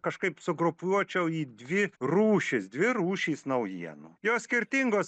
kažkaip sugrupuočiau į dvi rūšis dvi rūšys naujienų jos skirtingos